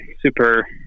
super